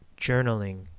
journaling